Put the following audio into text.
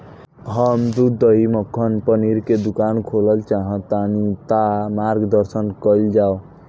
हम दूध दही मक्खन पनीर के दुकान खोलल चाहतानी ता मार्गदर्शन कइल जाव?